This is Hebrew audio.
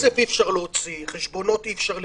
כסף אי-אפשר להוציא, חשבונות אי-אפשר לבטל,